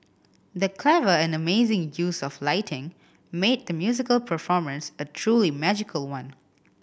the clever and amazing use of lighting made the musical performance a truly magical one